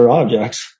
objects